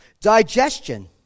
digestion